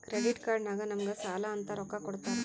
credit card ನಾಗ್ ನಮುಗ್ ಸಾಲ ಅಂತ್ ರೊಕ್ಕಾ ಕೊಡ್ತಾರ್